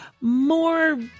more